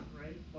right